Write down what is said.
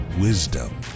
wisdom